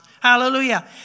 Hallelujah